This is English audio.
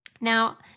Now